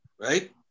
Right